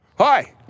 Hi